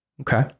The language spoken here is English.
Okay